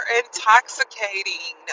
intoxicating